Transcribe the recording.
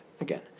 again